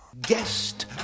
guest